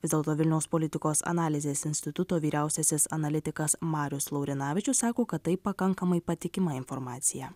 vis dėlto vilniaus politikos analizės instituto vyriausiasis analitikas marius laurinavičius sako kad tai pakankamai patikima informacija